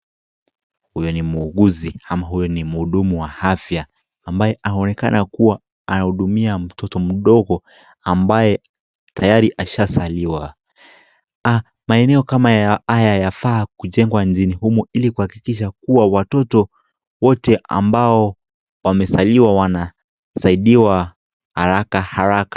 Huyu ni mwuguzi au huyu ni mwudumu wa afya ambaye aonekana kuwa anahudumia mtoto mdogo ambaye tayari ashazaliwa. Ah maeneo kama haya yafaa kujengwa nchini humu ili kuhakikisha kuwa watoto wote ambao wamezaliwa wanasaidiwa haraka haraka.